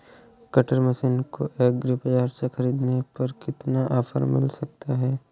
Cutter machine को agri बाजार से ख़रीदने पर कितना ऑफर मिल सकता है?